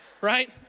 right